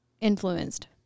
influenced